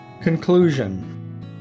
Conclusion